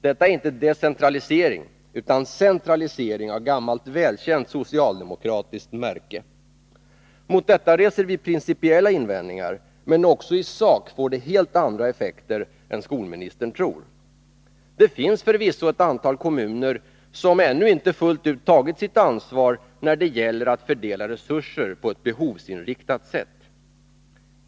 Detta är inte decentralisering utan centralisering av gammalt välkänt socialdemokratiskt märke. Mot detta reser vi principiella invändningar, men också i sak får det helt andra effekter än skolministern tror. Det finns förvisso ett antal kommuner som ännu inte fullt ut tagit sitt ansvar när det gäller att fördela resurser på ett behovsinriktat sätt.